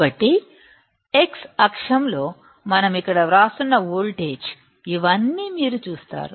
కాబట్టి x అక్షంలో మనం ఇక్కడ వ్రాస్తున్న వోల్టేజ్ ఇవన్నీ మీరు చూస్తారు